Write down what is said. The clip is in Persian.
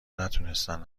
نتونستن